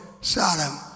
Sodom